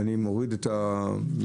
ואני מוריד מנת"ע,